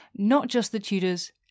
NotJustTheTudors